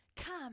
Come